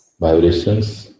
vibrations